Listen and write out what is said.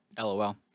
LOL